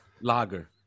Lager